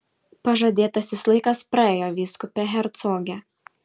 pažadėtasis laikas praėjo vyskupe hercoge